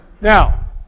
Now